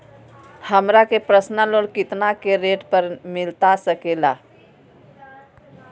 हमरा के personal loan कितना के रेट पर मिलता सके ला?